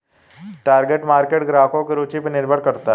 target market ग्राहकों की रूचि पर निर्भर करता है